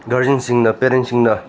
ꯒꯥꯔꯖꯤꯌꯥꯟꯁꯤꯡꯅ ꯄꯦꯔꯦꯟꯁꯁꯤꯡꯅ